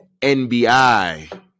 NBI